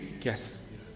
Yes